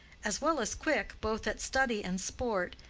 as well as quick, both at study and sport,